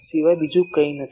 સિવાય બીજું કશું નથી